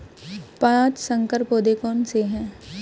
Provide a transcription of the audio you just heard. पाँच संकर पौधे कौन से हैं?